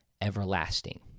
everlasting